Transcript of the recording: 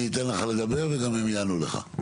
אני אתן לך לדבר והם גם יענו לך.